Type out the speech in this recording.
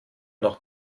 noch